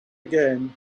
again